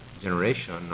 generation